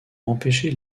empêcher